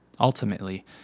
Ultimately